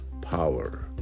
power